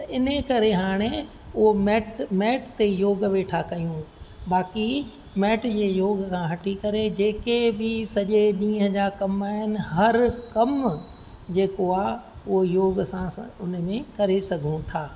त इनकरे हाणे उहो मैट मैट ते योग वेठा कयूं बाक़ी मैट जे योग खां हटी करे जेके बि सॼे ॾींहं जा कमु आहिनि हर कमु जेको आहे उहो योग सां असां हुन में करे सघूं था